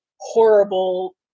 horrible